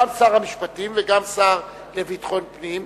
גם שר המשפטים וגם השר לביטחון הפנים.